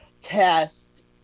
test